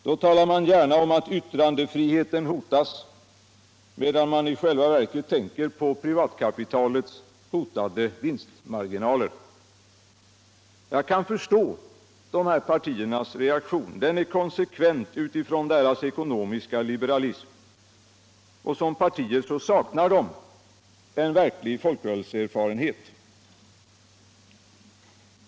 Då talar man gärna om att yttrandefriheten hotas, medan man 1 själva verket tänker på privatkapitalets hotade vinstmarginalér. Jag kan förstå de här partiernas reaktion. Den är konsekvent utifrån deras ckonomiska liberalism, och som partier saknar de en verklig folkrörelseerfarenhet.